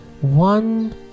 one